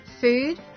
food